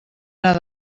anar